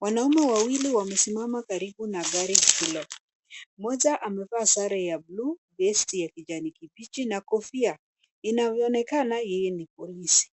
Wanaume wawili wamesimama karibu na gari hilo. Mmmoja amevaa sare ya buluu, vesti ya kijani kibichi na kofia inayoonekana yeye ni polisi.